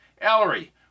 Ellery